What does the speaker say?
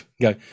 Go